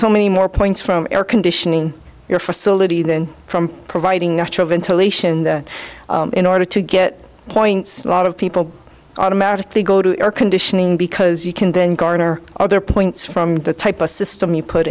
so many more points from air conditioning your facility than from providing natural ventilation and in order to get points a lot of people automatically go to air conditioning because you can then garner other points from the type of system you put